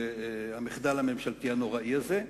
של המחדל הממשלתי הנוראי הזה,